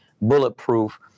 bulletproof